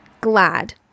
glad